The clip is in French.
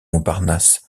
montparnasse